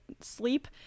sleep